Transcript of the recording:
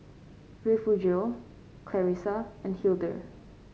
Refugio Clarissa and Hildur